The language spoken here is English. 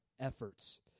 efforts